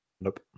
Nope